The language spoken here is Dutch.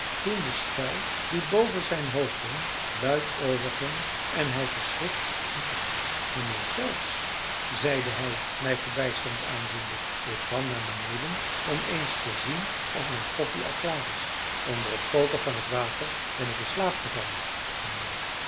toen de schel die boven zijn hoofd hing luid overging en hij verschrikt ontwaakte mijnheer phelps zeide hij mij verbijsterd aanziende ik kwam naar beneden om eens te zien of mijn koffie al klaar is onder het koken van het water ben ik in slaap gevallen mijnheer